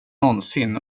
någonsin